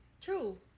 True